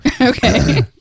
okay